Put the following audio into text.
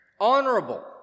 honorable